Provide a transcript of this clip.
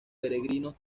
peregrinos